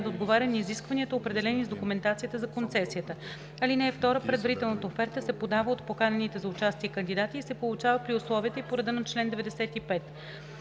отговаря на изискванията, определени с документацията за концесията. (2) Предварителната оферта се подава от поканените за участие кандидати и се получава при условията и по реда на чл. 95.“